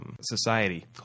Society